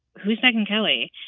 who's megyn kelly?